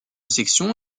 section